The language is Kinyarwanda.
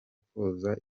koza